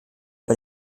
bei